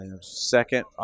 second